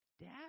Dad